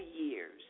years